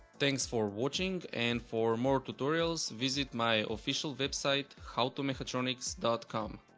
thanks for watching and for more tutorials visit my officialwebsite howtomechatronics dot com